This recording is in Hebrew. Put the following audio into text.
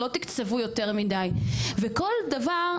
לא תקצבו יותר מידי וכל דבר,